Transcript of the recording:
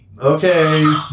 Okay